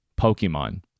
Pokemon